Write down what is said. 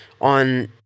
on